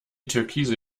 türkise